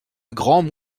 grands